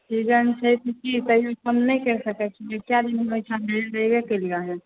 season छै तऽ कि तैओ कम नहि करि सकै छी कै दिन हम एहिठाम ले लेबे केलिए हेँ